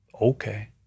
okay